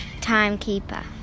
timekeeper